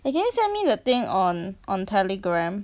can you send me the thing on on telegram